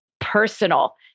personal